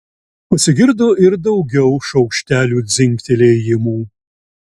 pasigirdo ir daugiau šaukštelių dzingtelėjimų